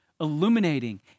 illuminating